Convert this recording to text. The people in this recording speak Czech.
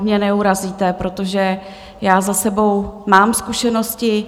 Mě neurazíte, protože já za sebou mám zkušenosti.